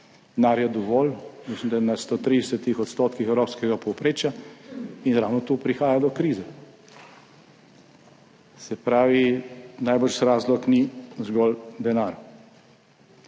denarja dovolj, mislim, da je na 130 % evropskega povprečja, in ravno tu prihaja do krize. Se pravi, najbrž razlog ni zgolj denar.